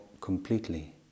completely